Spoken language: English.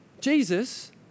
Jesus